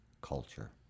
culture